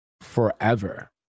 forever